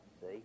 See